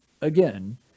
again